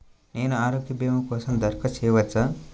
నేను ఆరోగ్య భీమా కోసం దరఖాస్తు చేయవచ్చా?